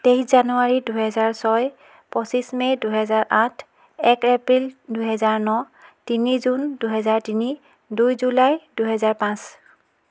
তেইছ জানুৱাৰী দুহেজাৰ ছয় পঁচিছ মে দুহেজাৰ আঠ এক এপ্ৰিল দুহেজাৰ ন তিনি জুন দুহেজাৰ তিনি দুই জুলাই দুহেজাৰ পাঁচ